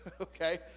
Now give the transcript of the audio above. Okay